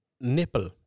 Nipple